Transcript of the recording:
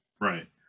Right